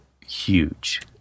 huge